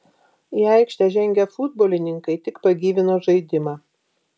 į aikštę žengę futbolininkai tik pagyvino žaidimą